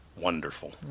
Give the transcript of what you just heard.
wonderful